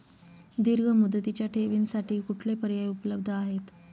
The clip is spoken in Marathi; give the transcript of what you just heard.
दीर्घ मुदतीच्या ठेवींसाठी कुठले पर्याय उपलब्ध आहेत?